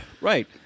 right